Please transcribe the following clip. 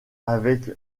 avec